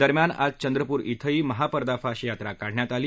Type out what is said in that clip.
दरम्यान आज चंद्रपूर इथंही महापर्दफाश यात्रा काढण्यात आली